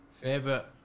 Favorite